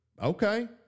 Okay